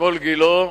אתמול גילה,